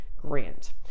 grant